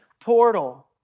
portal